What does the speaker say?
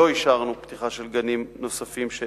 לא אישרנו פתיחה של גנים פרטיים נוספים.